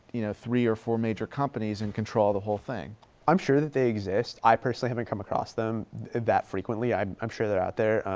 you know, three or four major companies in controlthe whole thing? berland i'm sure that they exist. i personally haven't come across them that frequently. i'm i'm sure they're out there.